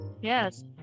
Yes